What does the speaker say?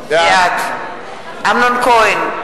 בעד אמנון כהן,